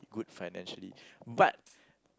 good financially but